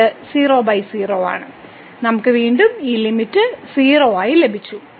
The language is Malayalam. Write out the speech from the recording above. ഇത് 0 ആണ് നമുക്ക് വീണ്ടും ഈ ലിമിറ്റ് 0 ആയി ലഭിച്ചു